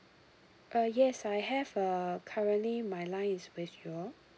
uh yes I have uh currently my line is with your